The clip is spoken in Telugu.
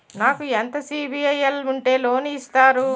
నాకు ఎంత సిబిఐఎల్ ఉంటే లోన్ ఇస్తారు?